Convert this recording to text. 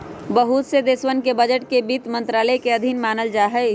बहुत से देशवन के बजट के वित्त मन्त्रालय के अधीन मानल जाहई